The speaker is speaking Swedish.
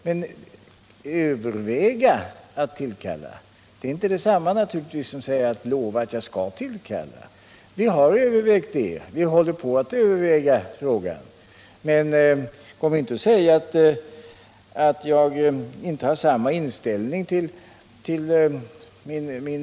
Men att överväga att tillkalla är inte detsamma som att lova att tillkalla, så kom inte och säg att jag inte har samma vilja att försöka lösa den här frågan som jag hade tidigare.